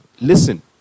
Listen